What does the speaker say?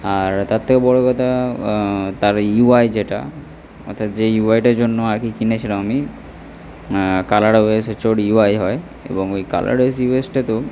আর তার থেকেও বড় কথা তার ইউ আই যেটা অর্থাৎ যেই ইউ আইটার জন্য আর কি কিনেছিলাম আমি কালার ইউ আই হয় এবং ওই কালার এস জি ইউ এসটাতেও